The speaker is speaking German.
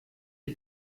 die